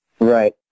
Right